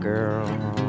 Girl